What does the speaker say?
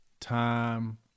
time